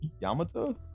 yamato